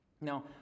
Now